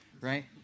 right